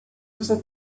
você